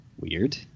weird